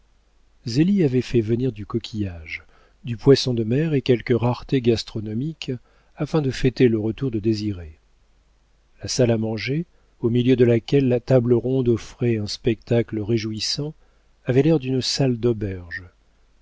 avait fait venir du coquillage du poisson de mer et quelques raretés gastronomiques afin de fêter le retour de désiré la salle à manger au milieu de laquelle la table ronde offrait un spectacle réjouissant avait l'air d'une salle d'auberge